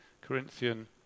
Corinthian